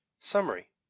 Summary